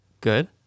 good